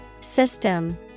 System